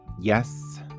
yes